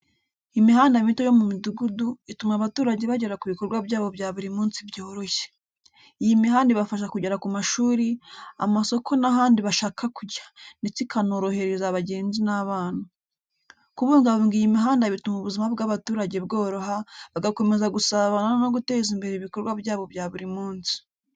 Imihanda mito yo mu midugudu, ituma abaturage bagera ku bikorwa byabo bya buri munsi byoroshye. Iyi mihanda ibafasha kugera ku mashuri, amasoko n’ahandi bashaka kujya, ndetse ikanoroheza abagenzi n’abana. Kubungabunga iyi mihanda bituma ubuzima bw’abaturage bworoha, bagakomeza gusabana no guteza imbere ibikorwa byabo bya buri munsi.